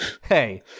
Hey